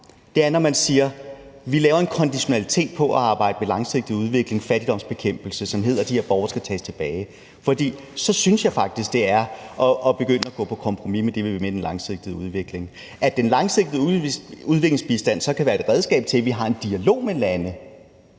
mig, er, når man siger: Vi laver en konditionalitet på at arbejde med langsigtet udvikling, fattigdomsbekæmpelse, som hedder, at de her borgere skal tages tilbage, for så synes jeg faktisk, at det er at begynde at gå på kompromis med det om den langsigtede udvikling. At den langsigtede udviklingsbistand så kan være et redskab til, at vi har en dialog med lande